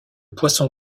poisson